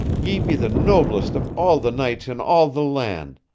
ye be the noblest of all the knights in all the land,